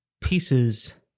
pieces